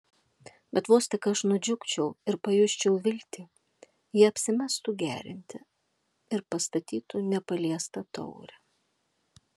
bet vos tik aš nudžiugčiau ir pajusčiau viltį ji apsimestų gerianti ir pastatytų nepaliestą taurę